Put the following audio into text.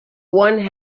one